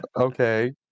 Okay